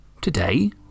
today